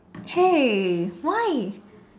hey why